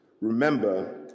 Remember